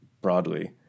broadly